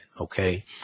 Okay